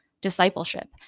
discipleship